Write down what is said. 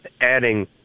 adding